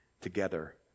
together